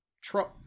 Trump